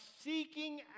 seeking